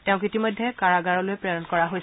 তেওঁক ইতিমধ্যে কাৰাগাৰলৈ প্ৰেৰণ কৰা হৈছে